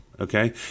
Okay